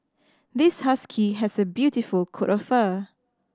this husky has a beautiful coat of fur